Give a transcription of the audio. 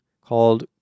called